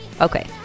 Okay